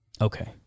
Okay